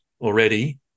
already